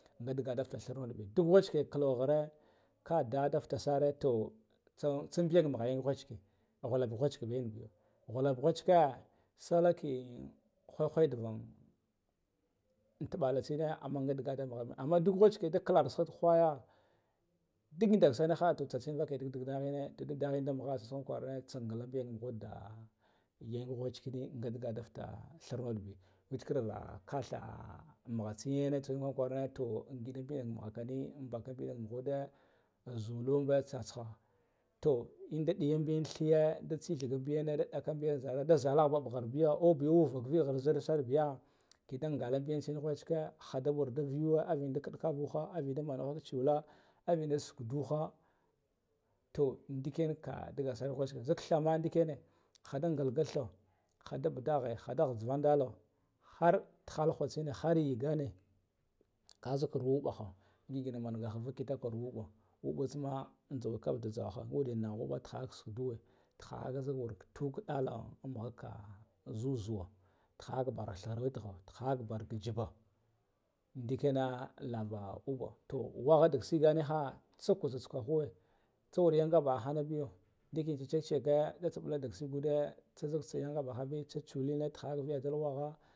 Nga nda ga dalka thar munbe duk wachike kulla khari kuhdu daltuta sare toh, tsan tsongam ngayen wachike khulab wachiken yen biya khulub wachike salakin khawai khuwai dagon an tubba tsene nga dagala daggabe amman ngig wuchike ndakal da haya ndig ndak sanaha tuh tsatsene vaha dak dedan inne ngig ndal da makha tsatsen kwarine tsan ngalon biya buhada yan wachike ngadalda fa threa be wachiken khara katha mugha tsin gene tsin kwaran kwa rana, to angiɗan mbiyanka mughakani ba ka kiyan mughuda an zulun mba, to in da ɗiyan thiye da tsiɗga mbiyena da ɗakambiyan ka zara ba zalagha ba mbighar biyo au zalagha ba mbighar biyo aubiya ova ka vighar zirsar biga kida nsala mbin tsin ghwatske ha da war da v ayuwa av ina da kiɗka vuha avina mana wurtsala avina da sukduha to ndikenk a digal sar ka ghwatseke zik thama na ikene haɗa ngilga than hada budaghe hada ghighvandalo har jihal hud tsine har gigan e ka zila ru uɓaha ngig ina n anga vuk kitak ha ru uɓo uɓan ma an jhaukada kavdo jhawaha ngig ina nah uɓa tihaha sukduwe tiha zika wur tu ka dala mugha ka zuzuwa, tiha ka bar vhighir wit igha tiha ka bar ki jiba ndikena lava uɓa to, wagha dika siga niha tsa le uba tsukwahuwe tsa wur yanga baha hana biyo ndikna tsa tsitseke tsa ɓla dik shigode tsa zik tsa yanga bahabiya